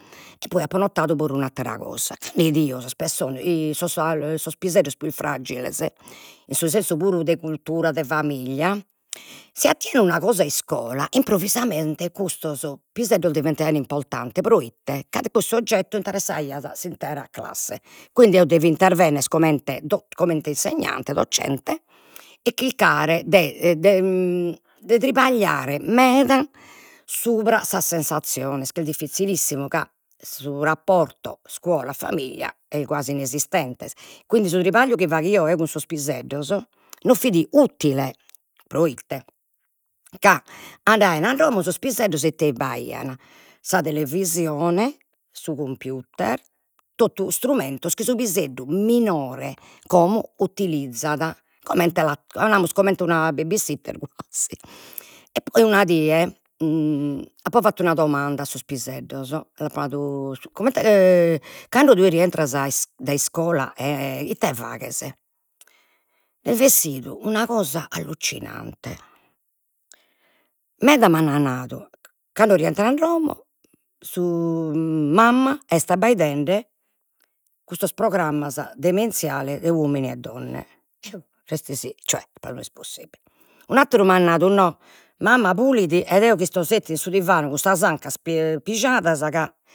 E poi apo notadu puru un'attera cosa, 'idio sas pessones sos sos piseddos pius fragiles in su sensu puru de cultura de familia, si attian una cosa a iscola improvvisamente custos piseddos diventaian importantes proite, ca oggetto interessaiat s'intera classe, quindi eo devio intervennere comente comente insegnante docente e chircare de de de trapagliare meda subra sas sensaziones, ch'est diffizzilissimu, ca su rapporto scuola famiglia est guasi inesistente, quindi su trapagliu chi faghio eo cun sos piseddos non fit utile proite, ca andaian a domo sos piseddos, e ite b'aian, sa televisione, su computer, totu istrumentos chi su piseddu minore como utilizzat comente namus comente una baby sitter e poi una die apo fattu una domanda a sos piseddos, l'apo nadu, comente cando tue rientras dai iscola e ite faghes, est bessidu una cosa allucinante, meda m'an nadu, cando rientro a domo su mamma est abbaidende custos programmas demenziales de uomini e donne, eo restesi cioè no est possibile, un'atteru m'at nadu, no mamma pulit ed eo isto settidu in su divanu cun sas ancas pi- pijadas ca